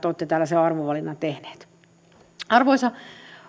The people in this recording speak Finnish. olette tällaisen arvovalinnan tehneet arvoisa